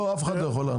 אף אחד לא יכול לענות.